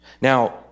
Now